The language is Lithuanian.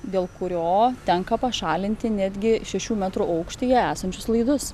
dėl kurio tenka pašalinti netgi šešių metrų aukštyje esančius laidus